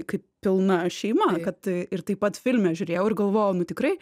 kaip pilna šeima kad ir taip pat filme žiūrėjau ir galvojau nu tikrai